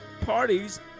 parties